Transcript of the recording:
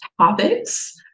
topics